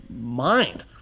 mind